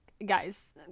guys